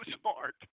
smart